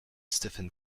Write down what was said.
stephen